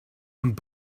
und